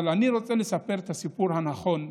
אבל אני רוצה לספר את הסיפור הנכון באמת.